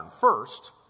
First